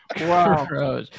wow